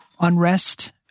unrest